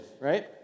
right